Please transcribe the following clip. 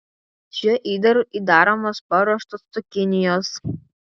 šiuo įdaru įdaromos paruoštos cukinijos